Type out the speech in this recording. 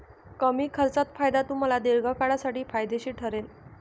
कमी खर्चात फायदा तुम्हाला दीर्घकाळासाठी फायदेशीर ठरेल